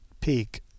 peak